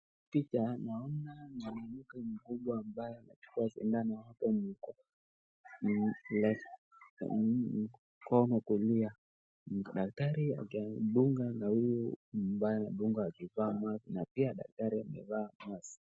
Picha naona mgonjwa ambaye anachukua sindano kwenye mkono wa kulia, daktari akimdunga na huyu ambaye anadungwa amevaa mask na pia daktari amevaa mask